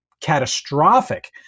catastrophic